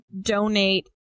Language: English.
donate